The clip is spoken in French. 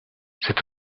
c’est